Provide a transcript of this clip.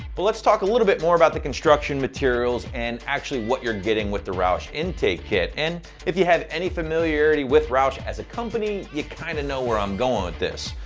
but let's talk a little bit more about the construction materials and actually what you're getting with the roush intake kit. and if you have any familiarity with roush as a company, you kind of know where i'm going with this.